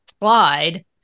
slide